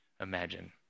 imagine